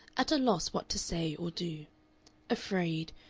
at a loss what to say or do afraid,